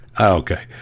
Okay